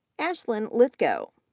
ashlyn lythgoe,